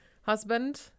husband